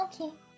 okay